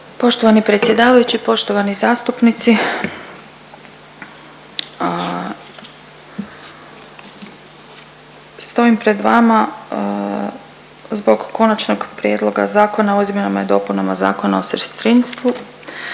Poštovani predsjedavajući, poštovani zastupnici. Stojim pred vama zbog Konačnog prijedloga Zakona o izmjenama i dopunama Zakona o sestrinstvu